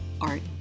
art